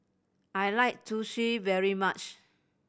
I like Zosui very much